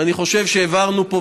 ואני חושב שהבהרנו פה,